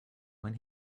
when